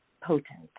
potent